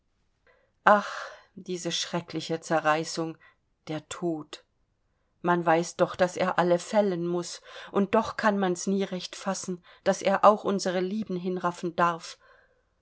ach diese schreckliche zerreißung der tod man weiß doch daß er alle fällen muß und doch kann man's nie recht fassen daß er auch unsere lieben hinraffen darf